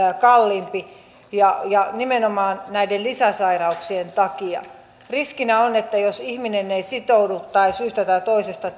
kalliimpi ja ja nimenomaan näiden lisäsairauksien takia riskinä on että jos ihminen ei sitoudu tai syystä tai toisesta